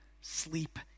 sleep